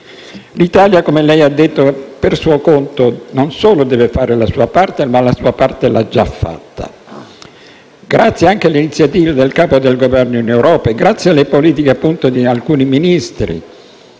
L'Italia, come lei ha detto, per suo conto, non solo deve fare la sua parte ma la ha già fatta grazie anche alle iniziative del Capo del Governo in Europa e grazie alle politiche, appunto, di alcuni ministri,